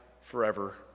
forever